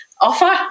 offer